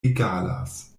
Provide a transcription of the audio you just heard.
egalas